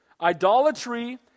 Idolatry